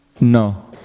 No